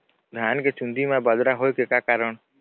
धान के चुन्दी मा बदरा होय के का कारण?